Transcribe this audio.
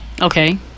Okay